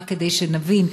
רק כדי שנבין,